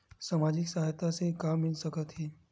सामाजिक सहायता से का मिल सकत हे?